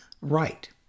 right